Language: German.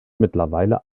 mittlerweile